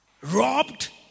robbed